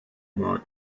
mar